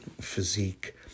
physique